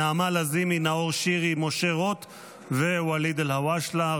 נעמה לזימי, נאור שירי, משה רוט וואליד אלהואשלה.